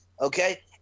okay